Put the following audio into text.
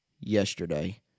yesterday